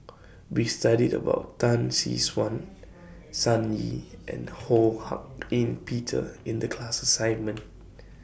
We studied about Tan Tee Suan Sun Yee and Ho Hak Ean Peter in The class assignment